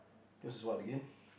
yours what again